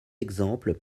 exemples